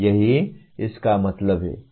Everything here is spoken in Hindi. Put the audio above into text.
यही इसका मतलब है